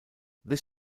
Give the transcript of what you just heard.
this